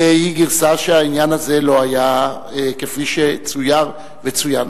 היא גרסה שהעניין הזה לא היה כפי שצויר וצוין.